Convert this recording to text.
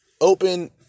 open